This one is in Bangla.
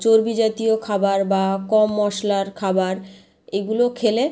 চর্বি জাতীয় খাবার বা কম মশলার খাবার এগুলো খেলে